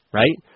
right